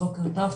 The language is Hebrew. בוקר טוב.